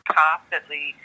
constantly